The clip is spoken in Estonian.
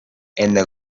enne